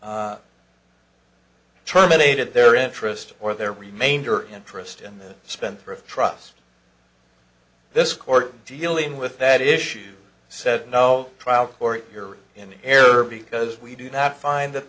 terminated their interest or their remainder interest in the spendthrift trust this court dealing with that issue said no trial court you're in error because we do not find that